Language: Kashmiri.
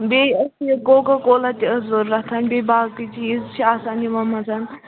بیٚیہِ ٲس یہِ کوکا کولا تہِ ٲس ضروٗرت بیٚیہِ باقٕے چیٖز چھِ آسَان یِمو منٛز